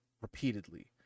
repeatedly